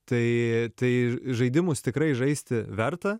tai tai žaidimus tikrai žaisti verta